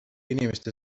inimeste